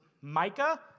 Micah